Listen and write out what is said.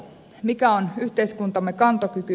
mikä on yhteiskuntamme kantokyky